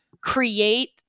Create